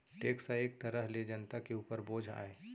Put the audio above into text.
tax ह एक तरह ले जनता के उपर बोझ आय